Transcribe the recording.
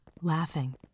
laughing